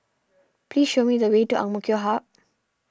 please show me the way to Amk Hub